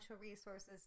resources